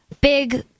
big